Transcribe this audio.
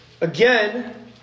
Again